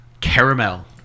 Caramel